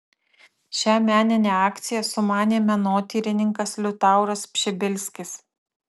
šią meninę akciją sumanė menotyrininkas liutauras pšibilskis